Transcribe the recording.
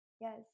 Yes